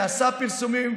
נעשו פרסומים,